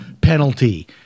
penalty